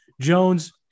Jones